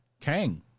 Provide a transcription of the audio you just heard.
Kang